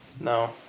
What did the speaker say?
No